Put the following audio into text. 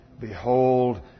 Behold